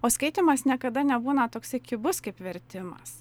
o skaitymas niekada nebūna toksai kibus kaip vertimas